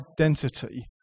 identity